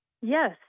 Yes